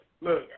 look